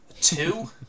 Two